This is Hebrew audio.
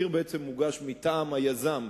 כי התסקיר בעצם מוגש מטעם היזם.